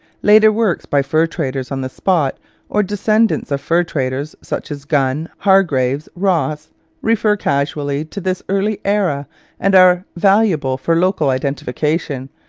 later works by fur traders on the spot or descendants of fur traders such as gunn, hargreaves, ross refer casually to this early era and are valuable for local identification,